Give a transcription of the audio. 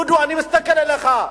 דודו, אני מסתכל עליך,